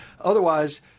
Otherwise